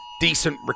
decent